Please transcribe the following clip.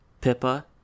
pippa